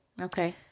Okay